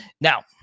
Now